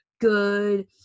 good